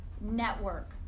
network